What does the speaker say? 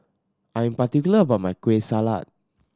I am particular about my Kueh Salat